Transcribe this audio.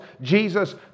Jesus